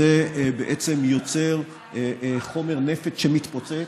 זה בעצם יוצר חומר נפץ שמתפוצץ,